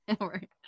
Right